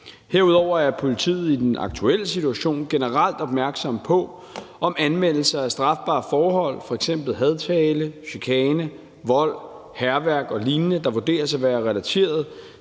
Herudover er politiet i den aktuelle situation generelt opmærksom på, om anvendelse af strafbare forhold, f.eks. hadtale, chikane, vold, hærværk og lignende, der vurderes at være relateret